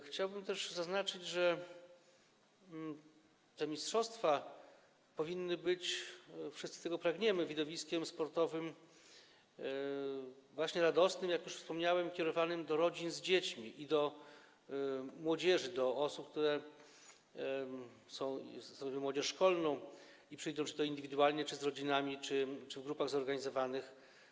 Chciałbym też zaznaczyć, że te mistrzostwa powinny być - wszyscy tego pragniemy - widowiskiem sportowym właśnie radosnym, jak już wspomniałem, kierowanym do rodzin z dziećmi i do młodzieży, do osób, które stanowią młodzież szkolną i przyjdą na te mecze czy to indywidualnie, czy z rodzinami, czy w grupach zorganizowanych.